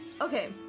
okay